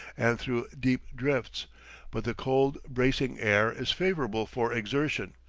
and through deep drifts but the cold, bracing air is favorable for exertion,